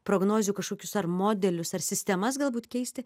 prognozių kažkokius ar modelius ar sistemas galbūt keisti